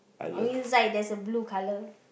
oh inside there're a blue color